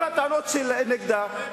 ועם כל הטענות נגדה,